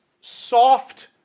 soft